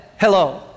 Hello